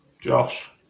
Josh